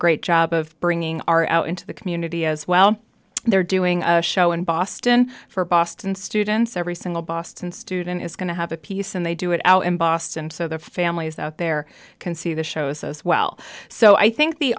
great job of bringing our out into the community as well they're doing a show in boston for boston students every single boston student is going to have a piece and they do it out in boston so the families out there can see the show so swell so i think the